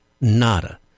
nada